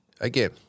again